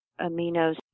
aminos